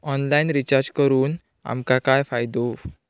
Online recharge करून आमका काय फायदो?